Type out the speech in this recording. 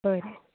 बरें